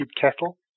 kettle